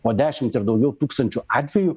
po dešimt ir daugiau tūkstančių atvejų